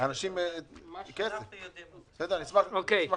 אשמח לתגובה.